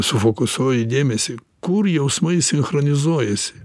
sufokusuoji dėmesį kur jausmai sinchronizuojasi